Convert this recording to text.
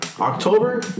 October